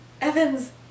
Evans